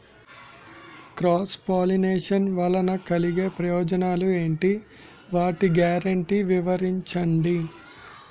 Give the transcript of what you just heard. Cross pollination వలన కలిగే ప్రయోజనాలు ఎంటి? వాటి గ్యారంటీ వివరించండి?